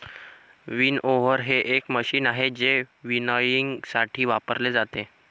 winnower हे एक machine आहे जे विनॉयइंगसाठी वापरले जाते